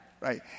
right